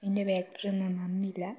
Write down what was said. അതിൻ്റെ ബാറ്ററിയൊന്നും നന്നീല്ല